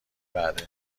بعده